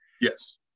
Yes